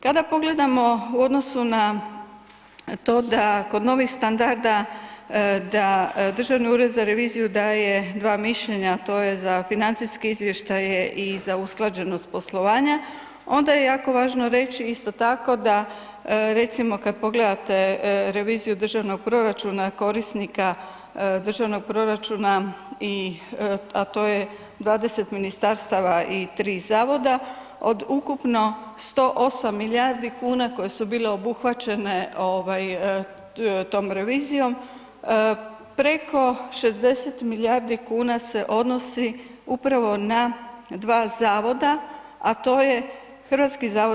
Kada pogledamo u odnosu na to da kod novih standarda, da Državni ured za reviziju daje 2 mišljenja, a to je za financijski izvještaje i za usklađenost poslovanja onda je jako važno reći isto tako da recimo kad pogledate reviziju državnog proračuna korisnika državnog proračuna, a to je 20 ministarstava i 3 zavoda, od ukupno 108 milijardi kuna koje su bile obuhvaćene ovaj tom revizijom, preko 60 milijardi kuna se odnosi upravo na 2 zavoda, a to je HZMO i HZZO.